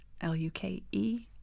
L-U-K-E